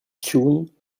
tune